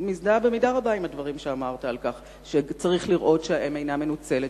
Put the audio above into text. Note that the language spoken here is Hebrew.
ומזדהה במידה רבה עם הדברים שאמרת על כך שצריך לראות שהאם אינה מנוצלת,